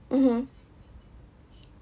mmhmm